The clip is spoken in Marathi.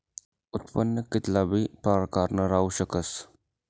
उत्पन्न कित्ला बी प्रकारनं राहू शकस